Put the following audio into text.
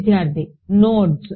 విద్యార్థి నోడ్స్